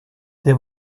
det